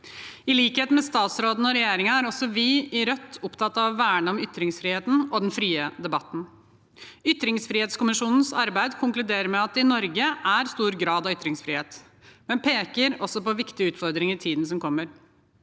I likhet med statsråden og regjeringen er også vi i Rødt opptatt av å verne om ytringsfriheten og den frie debatten. Ytringsfrihetskommisjonens arbeid konkluderer med at det i Norge er stor grad av ytringsfrihet, men peker også på viktige utfordringer i tiden som kommer: